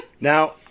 Now